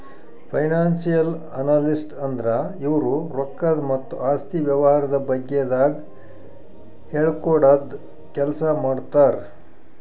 financial analyst ಅಂದ್ರ ಇವ್ರು ರೊಕ್ಕದ್ ಮತ್ತ್ ಆಸ್ತಿ ವ್ಯವಹಾರದ ಬಗ್ಗೆದಾಗ್ ಹೇಳ್ಕೊಡದ್ ಕೆಲ್ಸ್ ಮಾಡ್ತರ್